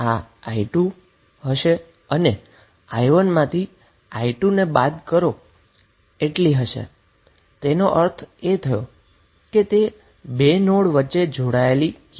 આ i2 હશે અને i1 માઇનસ minus i2 નો અર્થ એ થાય કે તે બે નોડ વચ્ચે જોડાયેલી વેલ્યુ છે